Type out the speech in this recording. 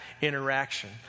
interaction